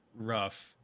rough